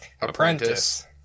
Apprentice